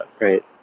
right